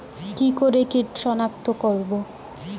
কি করে কিট শনাক্ত করব?